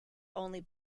only